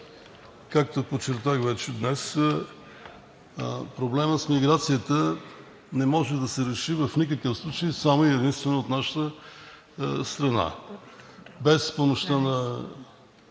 както подчертах вече днес, проблемът с миграцията не може да се реши в никакъв случай само и единствено от нашата страна без помощта на